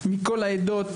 ואת כל העמותות מכל העדות,